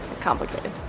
complicated